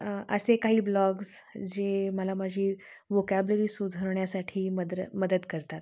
असे काही ब्लॉग्स जे मला माझी वोकॅबलरी सुधरवण्यासाठी मद्र मदत करतात